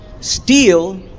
steal